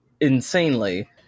Insanely